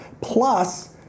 Plus